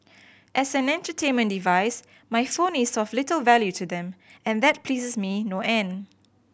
as an entertainment device my phone is of little value to them and that pleases me no end